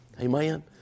Amen